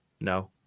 No